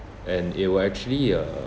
and it'll actually uh